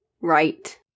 Right